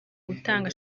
gutanga